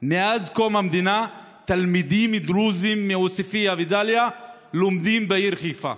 מאז קום המדינה תלמידים דרוזים מעוספיא ודאליה לומדים בעיר חיפה.